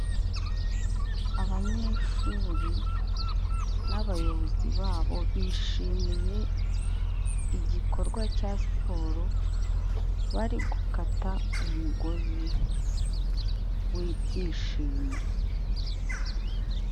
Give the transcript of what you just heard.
Abanyeshuri n'abayobozi babo bishimiye igikorwa cya siporo bari gukata umugozi w'ibyishimo.